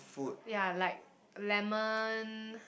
ya like lemon